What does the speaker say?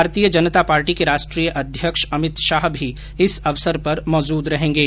भारतीय जनता पार्टी के राष्ट्रीय अध्यक्ष अमित शाह भी इस अवसर पर मौजूद रहेंगे